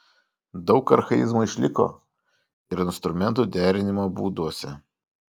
daug archaizmų išliko ir instrumentų derinimo būduose